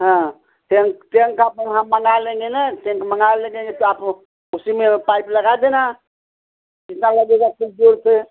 हाँ tank tank अपन हम मँगां लेंगे न टेंक मँगां लेंगे त आप उसी में पाइप लगा देना जितना लगेगा जोड़ कर